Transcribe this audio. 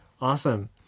Awesome